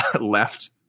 left